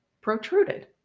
protruded